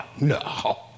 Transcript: no